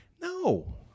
No